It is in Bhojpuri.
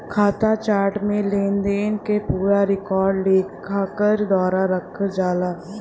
खाता चार्ट में लेनदेन क पूरा रिकॉर्ड लेखाकार द्वारा रखल जाला